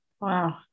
Wow